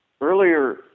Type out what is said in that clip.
earlier